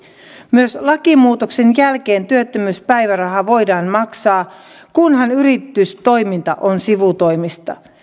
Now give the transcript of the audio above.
myös lakimuutoksen jälkeen työttömyyspäivärahaa voidaan maksaa kunhan yritystoiminta on sivutoimista